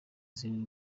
izindi